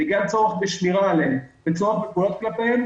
בגלל צורך בשמירה עליהם וצורך בפעולות כלפיהם,